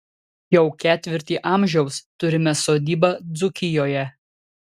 jau ketvirtį amžiaus turime sodybą dzūkijoje